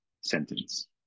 sentence